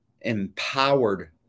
empowered